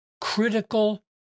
critical